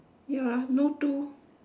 ya no two